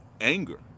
anger